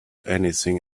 anything